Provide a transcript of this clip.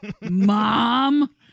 Mom